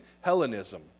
Hellenism